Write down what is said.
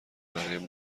برایم